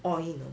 oil you know